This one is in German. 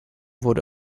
wurde